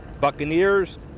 Buccaneers